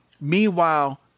Meanwhile